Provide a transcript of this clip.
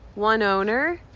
one owner.